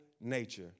nature